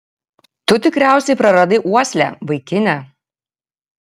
tu tikriausiai praradai uoslę vaikine